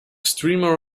streamer